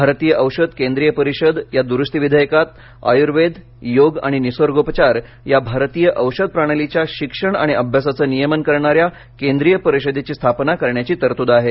भारतीय औषध केंद्रीय परिषद या दुरुस्ती विधेयकात आयुर्वेद योग आणि निसर्गोपचार या भारतीय औषध प्रणालीच्या शिक्षण आणि अभ्यासाचे नियमन करणार्या केंद्रीय परिषदेची स्थापना करण्याची तरतूद आहे